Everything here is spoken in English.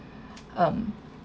um